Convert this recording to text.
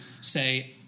say